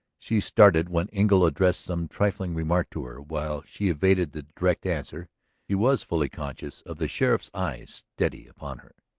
she started when engle addressed some trifling remark to her while she evaded the direct answer she was fully conscious of the sheriff's eyes steady upon her.